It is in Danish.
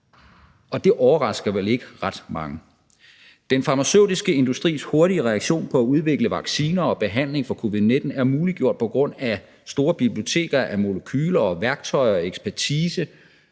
Det overrasker vel ikke ret mange. Den farmaceutiske industris hurtige reaktion med at udvikle vacciner og behandling for covid-19 er muliggjort på grund af store biblioteker af molekyler, værktøjer og ekspertise,